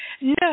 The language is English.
no